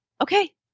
okay